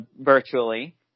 virtually